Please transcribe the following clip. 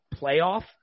playoff